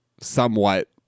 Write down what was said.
somewhat